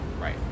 right